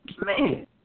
man